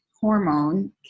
hormone